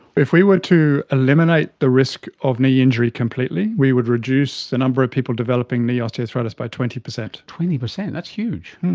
if we were to eliminate the risk of knee injury completely we would reduce the number of people developing knee osteoarthritis by twenty percent. twenty percent? that's huge.